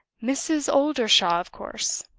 mrs. oldershaw, of course!